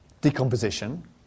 decomposition